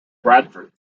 bradford